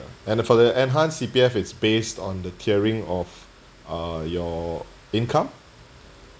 and for the enhanced C_P_F it's based on the tiering of uh your income